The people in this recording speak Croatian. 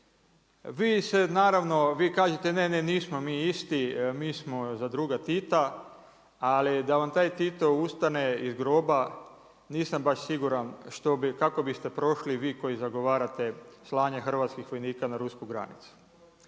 vi kažete ne, ne, nismo mi isti, mi smo za druga Tita ali da vam taj Tito ustane iz groba nisam baš siguran kako biste prošli vi koji zagovarate slanje hrvatskih vojnika na rusku granicu.